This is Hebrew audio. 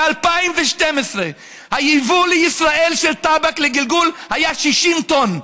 ב-2012 היבוא לישראל של טבק לגלגול היה 60 טון,